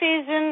season